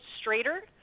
straighter